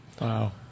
Wow